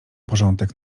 porządek